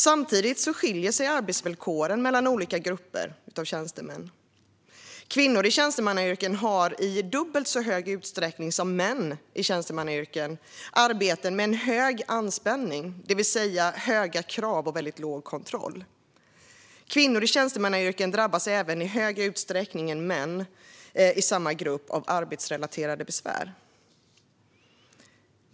Samtidigt skiljer sig arbetsvillkoren mellan olika grupper av tjänstemän. Kvinnor i tjänstemannayrken har i dubbelt så hög utsträckning som män i tjänstemannayrken arbeten med hög anspänning, det vill säga höga krav och låg kontroll. Kvinnor i tjänstemannayrken drabbas även i större utsträckning än män i samma grupp av arbetsrelaterade besvär.